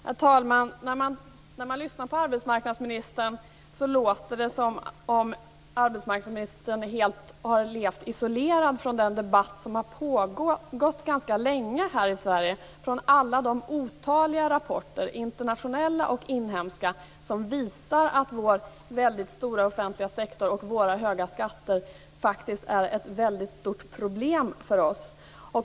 Herr talman! När man lyssnar på arbetsmarknadsministern låter det som om arbetsmarknadsministern har levt helt isolerad från den debatt som har pågått ganska länge här i Sverige, från alla de otaliga rapporter, internationella och inhemska, som visar att vår mycket stora offentliga sektor och våra höga skatter faktiskt är ett stort problem för oss.